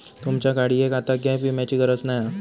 तुमच्या गाडियेक आता गॅप विम्याची गरज नाय हा